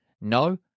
No